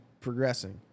progressing